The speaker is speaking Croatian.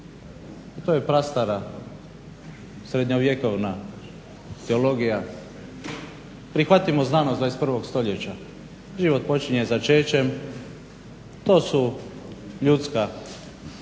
To je prastara srednjovjekovna teologija. Prihvatimo znanost 21. stoljeća, život počinje začećem, to su ljudska